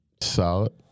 Solid